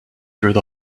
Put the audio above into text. through